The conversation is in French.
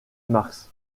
marx